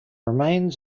remains